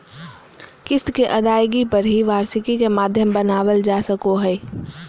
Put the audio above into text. किस्त के अदायगी पर ही वार्षिकी के माध्यम बनावल जा सको हय